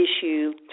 issue